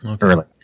early